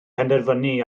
penderfynu